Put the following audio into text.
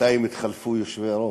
בינתיים התחלפו היושבים-ראש.